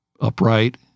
upright